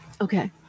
okay